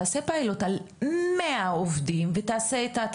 תעשה פיילוט על מאה עובדים ותעשה איתם את